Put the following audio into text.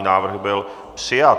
Návrh byl přijat.